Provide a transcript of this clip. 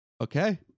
Okay